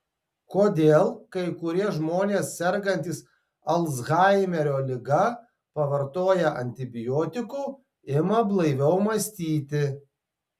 kodėl kai kurie žmonės sergantys alzheimerio liga pavartoję antibiotikų ima blaiviau mąstyti